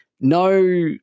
No